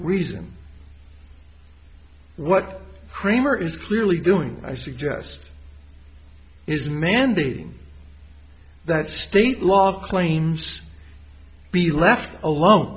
reason what kramer is clearly doing i suggest is mandating that state law claims be left alone